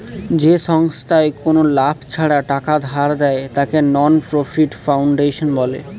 যে সংস্থায় কোনো লাভ ছাড়া টাকা ধার দেয়, তাকে নন প্রফিট ফাউন্ডেশন বলে